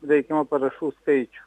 reikiamą parašų skaičių